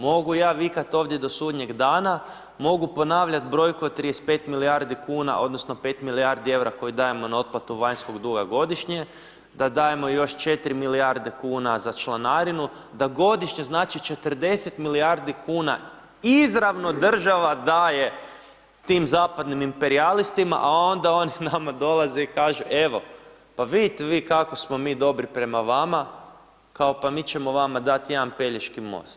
Mogu ja vikat ovdje do sudnjeg dana, mogu ponavljati brojku od 35 milijardi kuna odnosno 5 milijardi eura koji dajemo na otplatu vanjskog duga godišnje, da dajemo još 4 milijarde kuna za članarinu, da godišnje, znači, 40 milijardi kuna izravno državno daje tim zapadnim imperijalistima, a onda oni nama dolaze i kažu, evo, pa vidite vi kako smo mi dobri prema vama, kao pa mi ćemo vama dati jedan Pelješki most.